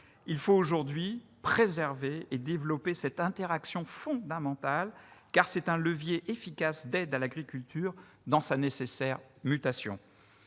Il faut aujourd'hui préserver et développer cette interaction fondamentale, car c'est un levier efficace d'aide à l'agriculture dans sa nécessaire mutation.